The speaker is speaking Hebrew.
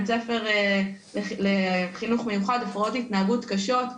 בית ספר לחינוך מיוחד הפרעות התנהגות קשות.